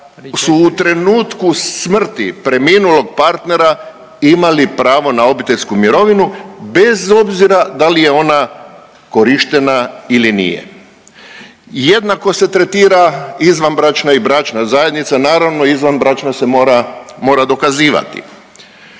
su u trenutku smrti preminulog partnera imali pravo na obiteljsku mirovinu, bez obzira da li je ona korištena ili nije. Jednako se tretira izvanbračna i bračna zajednica, naravno izvanbračna se mora dokazivati.